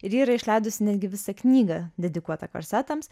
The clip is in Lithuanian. ir ji yra išleidusi net gi visą knygą dedikuotą korsetams